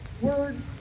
Words